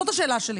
זאת השאלה שלי.